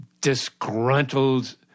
disgruntled